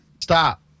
Stop